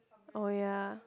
oh ya